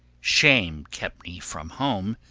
shame kept me from home,